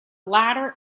latter